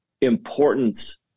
importance